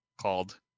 called